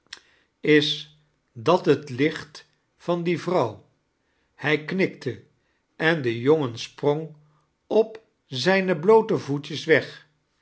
is dat het licht van die vrouw hij knikte en de jongen sprong op zijne bloote voetjes weg